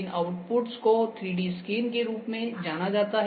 इन outputs को 3D scan के रूप में जाना जाता है